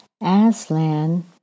Aslan